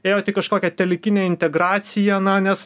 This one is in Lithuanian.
ėjot į kažkokią telikinę integraciją na nes